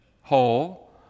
whole